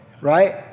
Right